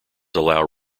allow